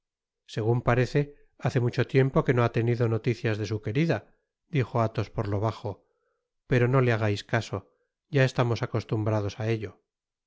segun parece hace mucho tiempo que no ha tenido noticias de su querida dijo athos por lo bajo pero no le hagais caso ya estamos acostumbrados á ello